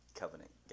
covenant